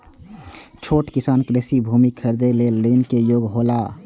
छोट किसान कृषि भूमि खरीदे लेल ऋण के योग्य हौला?